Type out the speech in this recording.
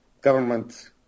government